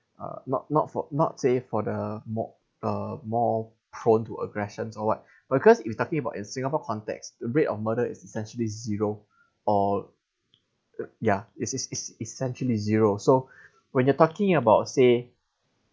uh not not for not say for the more uh more prone to aggressions or what because if you're talking about in singapore context the rate of murder is essentially zero or ya it's it's it's essentially zero so when you're talking about say